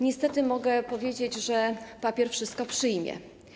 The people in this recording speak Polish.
Niestety, mogę powiedzieć, że papier wszystko przyjmie.